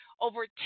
over